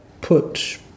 put